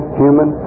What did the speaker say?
human